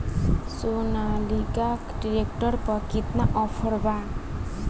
Sonalika tractor पर केतना offer बा?